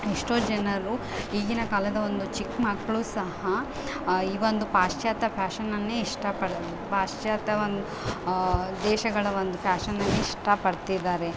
ಎಷ್ಟೋ ಜನರು ಈಗಿನ ಕಾಲದ ಒಂದು ಚಿಕ್ಕ ಮಕ್ಕಳು ಸಹ ಇವೊಂದು ಪಾಶ್ಚಾತ್ಯ ಫ್ಯಾಷನನ್ನೇ ಇಷ್ಟಪಡು ಪಾಶ್ಚಾತ್ಯವನ್ನು ದೇಶಗಳ ಒಂದು ಫ್ಯಾಷನನ್ ಇಷ್ಟ ಪಡ್ತಿದಾರೆ